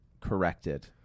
corrected